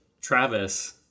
Travis